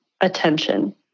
attention